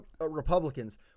Republicans